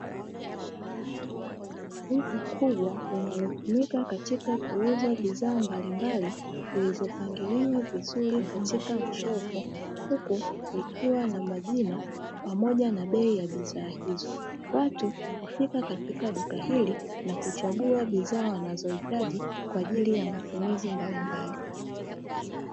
Duka kubwa linalotumika katika kuuza bidhaa mbalimbali zilizopangiliwa vizuri katika shelfu huku likiwa na majina pamoja na bei ya bidhaa hizo, watu hufika katika duka hili na kuchagua bidhaa wanazohitaji kwa ajili ya matumizi mbalimbali.